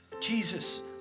Jesus